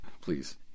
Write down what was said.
please